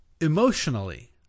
Emotionally